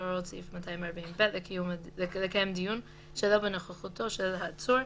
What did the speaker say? הוראות סעיף 240(ב) לקיים דיון שלא בנוכחותו של עצור,